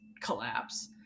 collapse